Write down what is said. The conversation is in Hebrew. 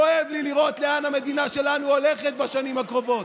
כואב לי לראות לאן המדינה שלנו הולכת בשנים הקרובות,